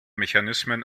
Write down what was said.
mechanismen